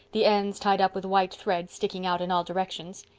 the ends, tied up with white thread, sticking out in all directions.